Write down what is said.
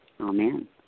Amen